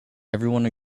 everyone